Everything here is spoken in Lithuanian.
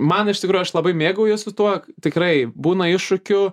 man iš tikrųjų aš labai mėgaujuosi tuo tikrai būna iššūkių